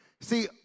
See